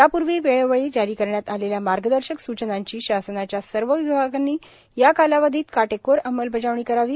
यापूर्वी वेळोवेळी जारी करण्यात आलेल्या मार्गदर्शक सूचनांची शासनाच्या सर्व विभागांनी या कालावधीत काटेकोर अंमलबजावणी करावी